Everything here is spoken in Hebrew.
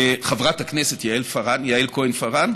יעל, חברת הכנסת יעל פארן, יעל כהן-פארן.